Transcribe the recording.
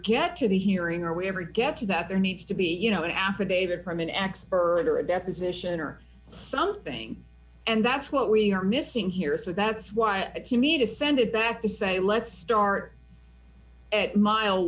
get to the hearing are we ever get to that there needs to be you know an affidavit perman x bird or a deposition or something and that's what we are missing here so that's why it's to me to send it back to say let's start at mil